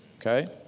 Okay